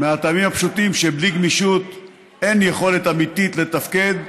מהטעמים הפשוטים שבלי גמישות אין יכולת אמיתית לתפקד,